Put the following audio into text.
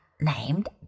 named